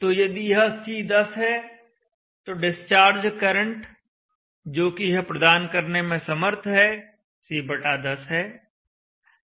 तो यदि यह C10 है तो डिस्चार्ज करंट जो कि यह प्रदान करने में समर्थ है C10 है